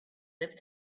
live